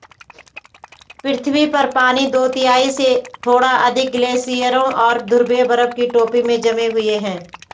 पृथ्वी पर पानी दो तिहाई से थोड़ा अधिक ग्लेशियरों और ध्रुवीय बर्फ की टोपी में जमे हुए है